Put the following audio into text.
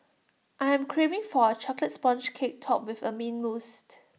I am craving for A Chocolate Sponge Cake Topped with Mint Mousse